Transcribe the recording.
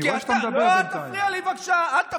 אני רואה שאתה מדבר בינתיים.